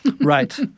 Right